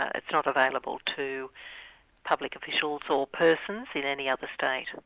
ah it's not available to public officials or persons in any other state.